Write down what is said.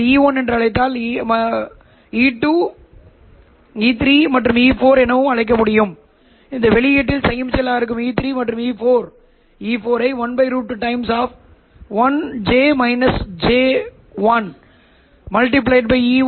heterodyne ரிசீவரை நாங்கள் கருத்தில் கொண்டால் அது வெளியீடாக இருந்தது இது θLO என்பது உள்ளூர் ஆஸிலேட்டரின் கட்டமாகும் அதை நீங்கள் அகற்றினால் இந்த வழக்கில் நீங்கள் பெற்ற சமிக்ஞைக்கு சமமாக மாறும் எனவே நீங்கள் என்ன செய்தீர்கள் இரண்டு ஆப்டிகல் சிக்னல்களை எடுக்க